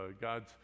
God's